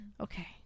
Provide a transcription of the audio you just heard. okay